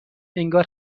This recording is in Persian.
انگار